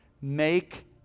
Make